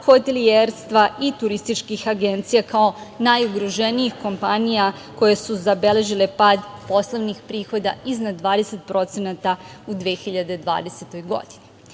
hotelijerstva i turističkih agencija kao najugroženijih kompanija koje su zabeležile pad poslovnih prihoda iznad 20% u 2020.